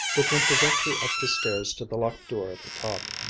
but went directly up the stairs to the locked door at the top.